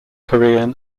korean